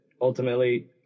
ultimately